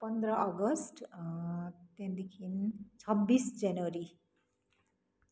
पन्ध्र अगस्त त्यहाँदेखि छब्बिस जनवरी